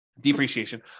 depreciation